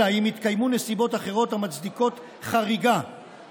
אלא אם התקיימו נסיבות אחרות המצדיקות חריגה